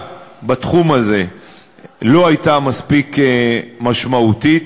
בתחום הזה לא היו מספיק משמעותיות.